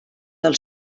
del